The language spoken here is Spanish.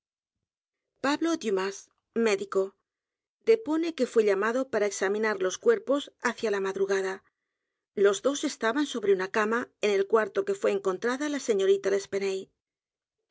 pablo dianas médico depone que fué llamado para examinar los cuerpos hacia la madrugada los dos estaban sobre una cama en el cuarto que fué encontrada la señorita